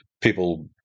People